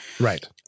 Right